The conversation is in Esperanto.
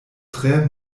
tre